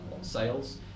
sales